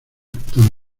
tan